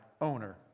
owner